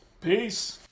Peace